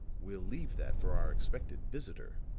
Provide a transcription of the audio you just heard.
we'll leave that for our expected visitor.